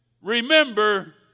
remember